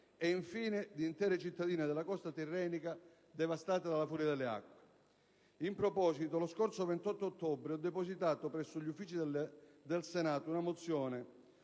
e, infine, intere cittadine della costa tirrenica devastate dalla furia delle acque. In proposito, lo scorso 28 ottobre ho depositato presso gli Uffici del Senato una mozione